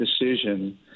decision